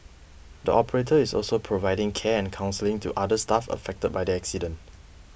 the operator is also providing care and counselling to other staff affected by the accident